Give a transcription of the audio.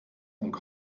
und